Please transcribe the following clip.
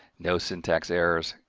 no syntax errors,